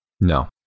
No